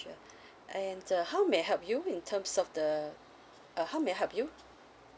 and how may I help you in terms of the uh how may I help you